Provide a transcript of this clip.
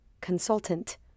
consultant